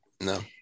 no